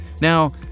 Now